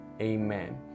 amen